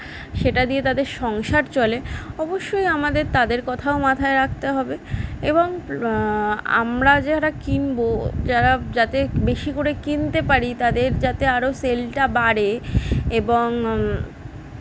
সেটা দিয়ে তাদের সংসার চলে অবশ্যই আমাদের তাদের কথাও মাথায় রাখতে হবে এবং আমরা যারা কিনবো যারা যাতে বেশি করে কিনতে পারি তাদের যাতে আরো সেলটা বাড়ে এবং